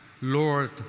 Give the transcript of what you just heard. Lord